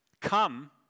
Come